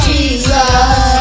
Jesus